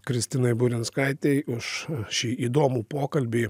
kristinai burinskaitei už šį įdomų pokalbį